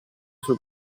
sul